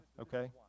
okay